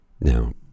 Now